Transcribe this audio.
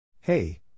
Hey